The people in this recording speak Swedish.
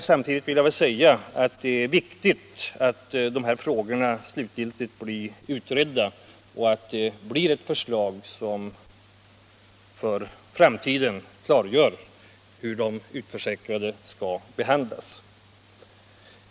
Samtidigt vill jag påpeka att det är viktigt att dessa frågor blir slutgiltigt utredda och att det i förslaget bör klargöras hur de utförsäkrade på ett klart och enhetligt sätt skall behandlas i framtiden.